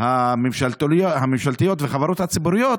הממשלתיות ולחברות הציבוריות,